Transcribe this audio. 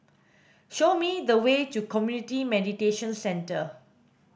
show me the way to Community Mediation Centre